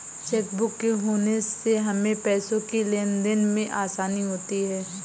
chequebook के होने से हमें पैसों की लेनदेन में आसानी होती हैँ